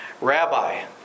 Rabbi